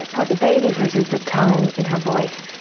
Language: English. what the baby hears is the tone in her voice,